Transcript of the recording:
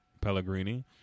Pellegrini